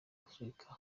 afurika